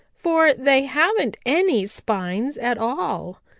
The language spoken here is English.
for they haven't any spines at all.